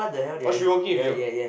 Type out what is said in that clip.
oh she working with you